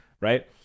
Right